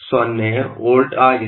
60 volt ಆಗಿದೆ